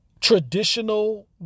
traditional